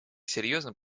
серьезно